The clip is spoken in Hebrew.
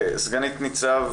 סגנית ניצב